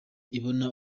ibona